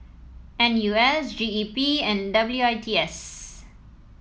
N U S G E P and W I T S